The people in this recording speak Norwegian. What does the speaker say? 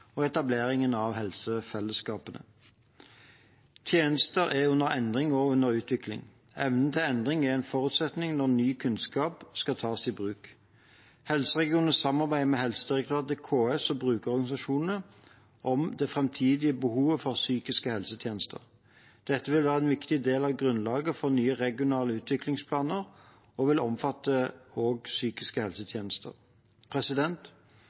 og etablering av helsefellesskap. Tjenestene er under endring og utvikling. Evnen til endring er en forutsetning når stadig ny kunnskap skal tas i bruk. Helseregionene samarbeider med Helsedirektoratet, KS og brukerorganisasjonene om det framtidige behovet for psykiske helsetjenester. Dette vil være en viktig del av grunnlaget for nye regionale utviklingsplaner, som også vil omfatte psykiske